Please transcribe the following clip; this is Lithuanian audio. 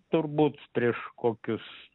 turbūt prieš kokius